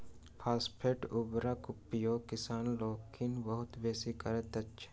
phosphate उर्वरकक उपयोग किसान लोकनि बहुत बेसी करैत छथि